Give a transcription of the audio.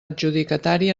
adjudicatari